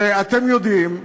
ואתם יודעים,